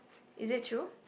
is it true